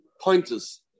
pointers